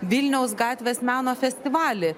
vilniaus gatvės meno festivalį